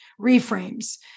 reframes